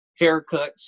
haircuts